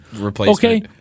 Okay